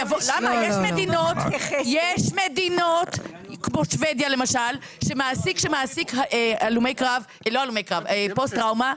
יש מדינות כמו שוודיה למשל שמעסיק שאצלו עובדים פוסט טראומה,